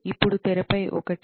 ఇప్పుడు తెరపై ఒకటి